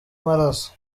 maraso